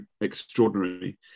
extraordinary